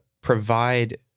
provide